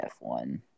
F1